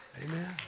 Amen